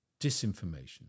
disinformation